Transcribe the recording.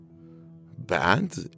bad